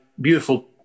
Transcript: beautiful